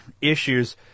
issues